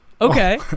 Okay